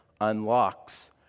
unlocks